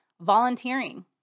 volunteering